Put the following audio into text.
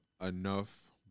enough